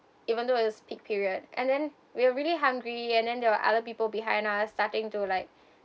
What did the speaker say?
even though it's peak period and then we were really hungry and then there were other people behind us starting to like